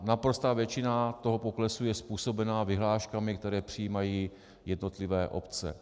Naprostá většina toho poklesu je způsobena vyhláškami, které přijímají jednotlivé obce.